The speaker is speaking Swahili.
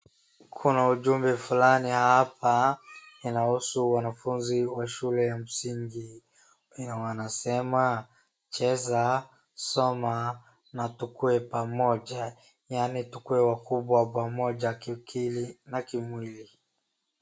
Kuna ujumbe fulani hapa inahusu wanafunzi wa shule ya msingi. yenye wanasema, cheza, soma na tukue pamoja, yaani tukue wakubwa pamoja akili na kimwili.